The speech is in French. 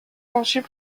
conçues